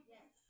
Yes